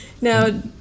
Now